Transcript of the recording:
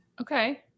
Okay